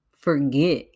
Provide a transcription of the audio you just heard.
forget